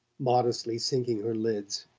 modestly sinking her lids.